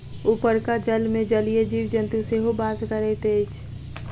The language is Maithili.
उपरका जलमे जलीय जीव जन्तु सेहो बास करैत अछि